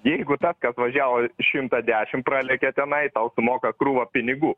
jeigu tas kas važiavo šimtą dešim pralėkė tenai tau sumoka krūvą pinigų